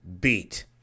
beat